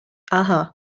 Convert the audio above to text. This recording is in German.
aha